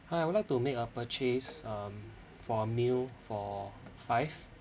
hi I would like to make a purchase um for a meal for five